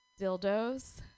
dildos